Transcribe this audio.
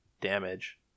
damage